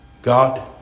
God